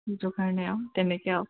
কাৰণে আৰু তেনেকৈ আৰু